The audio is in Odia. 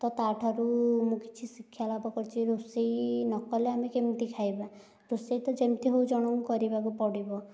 ତ ତାଠାରୁ ମୁଁ କିଛି ଶିକ୍ଷା ଲାଭ କରିଛି ରୋଷେଇ ନକଲେ ଆମେ କେମିତି ଖାଇବା ରୋଷେଇ ତ ଯେମିତି ହେଉ ଜଣଙ୍କୁ କରିବାକୁ ପଡ଼ିବ